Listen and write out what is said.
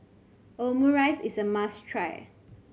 Omurice is a must try